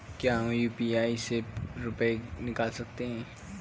क्या हम यू.पी.आई से रुपये निकाल सकते हैं?